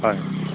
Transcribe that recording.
হয়